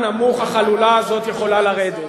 כמה נמוך החלולה הזאת יכולה לרדת?